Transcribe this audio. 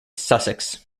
sussex